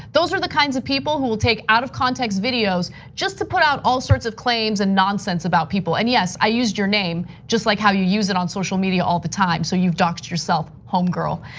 those are the kinds of people who will take out of context videos just to put out all sorts of claims and nonsense about people. and yes, i used your name, just like how you use it on social media all the time. so you've doxxed yourself home girl.